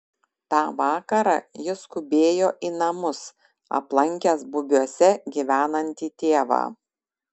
tą vakarą jis skubėjo į namus aplankęs bubiuose gyvenantį tėvą